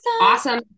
Awesome